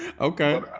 Okay